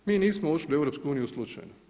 Mi nismo ušli u EU slučajno.